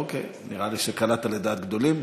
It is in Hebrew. אוקיי, נראה לי שקלעת לדעת גדולים.